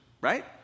right